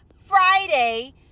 friday